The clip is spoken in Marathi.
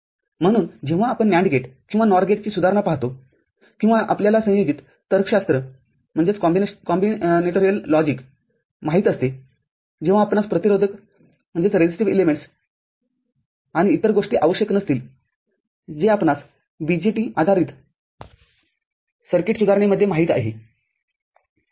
म्हणून जेव्हा आपण NAND गेट किंवा NOR गेटची सुधारणा पाहतो किंवा आपल्याला संयोजी तर्कशास्त्र माहित असते तेव्हा आपणास प्रतिरोधक घटक आणि इतर गोष्टी आवश्यक नसतील जे आपणास BJT आधारित सर्किट सुधारणेमध्ये माहीत आहे